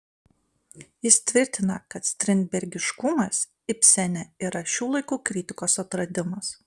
jis tvirtina kad strindbergiškumas ibsene yra šių laikų kritikos atradimas